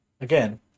again